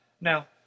Now